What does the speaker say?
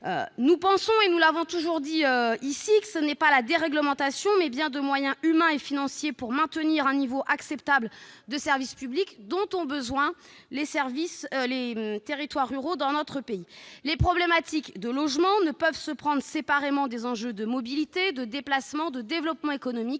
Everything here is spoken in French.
Nous pensons, et nous l'avons toujours dit ici, que c'est non pas de déréglementation, mais bien de moyens humains et financiers pour maintenir un niveau acceptable de services publics dont ont besoin les territoires ruraux dans notre pays. Les problématiques de logement ne peuvent s'appréhender séparément des enjeux de mobilité, de déplacement, de développement économique,